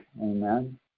Amen